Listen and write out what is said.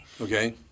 Okay